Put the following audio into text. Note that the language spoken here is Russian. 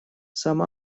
сам